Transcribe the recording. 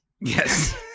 Yes